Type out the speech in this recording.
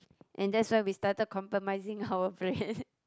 and that's where we started compromising our friend